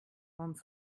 vingt